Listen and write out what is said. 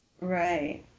Right